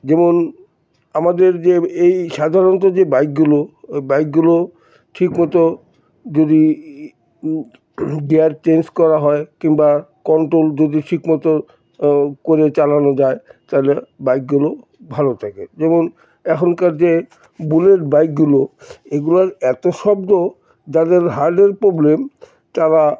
যেমন আমাদের যে এই সাধারণত যে বাইকগুলো ওই বাইকগুলো ঠিকমতো যদি গিয়ার চেঞ্জ করা হয় কিংবা কন্ট্রোল যদি ঠিকমতো করে চালানো যায় তাহলে বাইকগুলো ভালো থাকে যেমন এখনকার যে বুলেট বাইকগুলো এগুলার এত শব্দ যাদের হার্টের প্রবলেম তারা